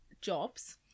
jobs